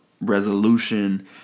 resolution